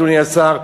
אדוני השר,